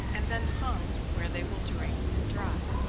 and then hung where they will drain and dry.